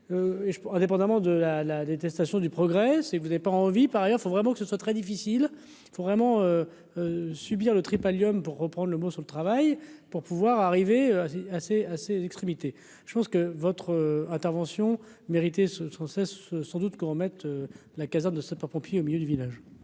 indépendamment de la la détestation du progrès, et vous avez pas envie, par ailleurs, il faut vraiment que ce soit très difficile il faut vraiment subir le tripalium pour reprendre un mot sur le travail. Pour pouvoir arriver assez, assez, assez l'extrémité, je pense que votre intervention mérite et ce, sans cesse, sans doute, qu'on mette la caserne de sapeurs-pompiers au milieu du village.